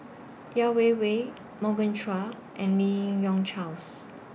Yeo Wei Wei Morgan Chua and Lim Yi Yong Charles